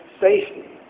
safety